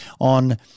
on